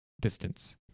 distance